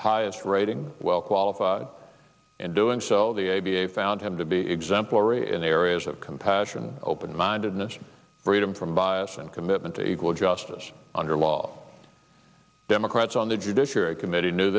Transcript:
highest rating well qualified in doing so the a b a found him to be exemplary in the areas of compassion open mindedness freedom from bias and commitment to equal justice under law democrats on the judiciary committee knew